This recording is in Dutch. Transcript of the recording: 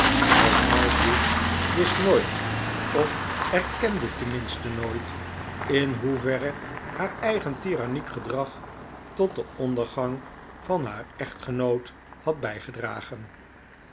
mevrouw bute wist nooit of erkende ten minste nooit in hoeverre haar eigen tiranniek gedrag tot den ondergang van haar echtgenoot had bijgedragen